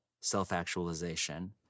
self-actualization